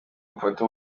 mfate